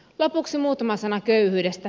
lopuksi muutama sana köyhyydestä